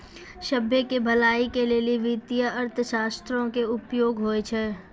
सभ्भे के भलाई के लेली वित्तीय अर्थशास्त्रो के उपयोग होय छै